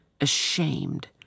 Ashamed